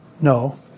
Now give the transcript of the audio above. No